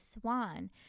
swan